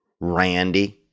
Randy